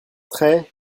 très